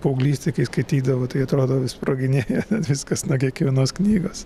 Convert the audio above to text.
paauglystėj kai skaitydavau tai atrodo vis sproginėja viskas nuo kiekvienos knygos